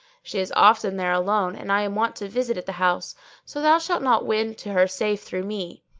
she is often there alone and i am wont to visit at the house so thou shalt not win to her save through me.